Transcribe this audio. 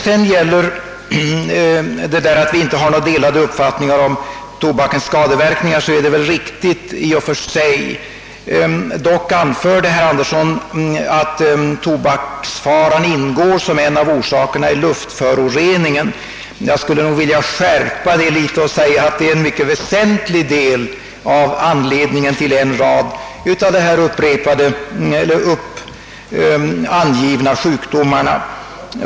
Det är riktigt att vi inte har några delade uppfattningar om tobakens skadeverkningar. Dock anförde herr Anderson att tobaksrökningen bara är en av orsakerna till luftföroreningen. Jag skulle vilja skärpa det litet och säga att tobaksrökningen är en mycket väsentlig anledning till en rad av de här angivna sjukdomarna.